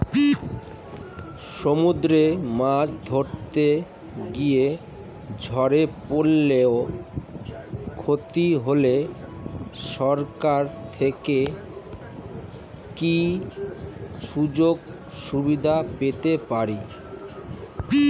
সমুদ্রে মাছ ধরতে গিয়ে ঝড়ে পরলে ও ক্ষতি হলে সরকার থেকে কি সুযোগ সুবিধা পেতে পারি?